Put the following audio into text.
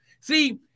See